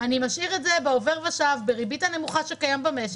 אני משאיר את זה בעובר ושב בריבית הנמוכה שקיימת במשק.